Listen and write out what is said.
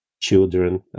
children